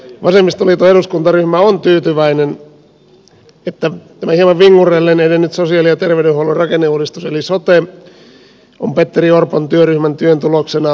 vasemmistoliiton eduskuntaryhmä on tyytyväinen että tämä hieman vingurrellen edennyt sosiaali ja terveydenhuollon rakenneuudistus eli sote on petteri orpon työryhmän työn tuloksena saavuttanut välimaalin